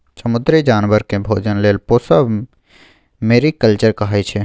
समुद्री जानबर केँ भोजन लेल पोसब मेरीकल्चर कहाइ छै